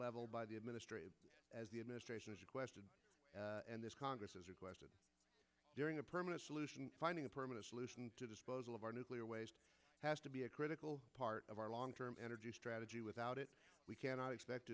level by the administration the administration is question and this congress has requested during a permanent solution to finding a permanent solution to this puzzle of our nuclear waste has to be a critical part of our long term energy strategy without it we cannot expect